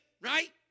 right